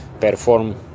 perform